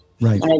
Right